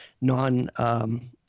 non-